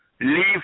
Leave